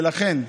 לכן,